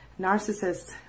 narcissists